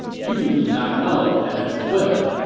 you do not know heaven's will.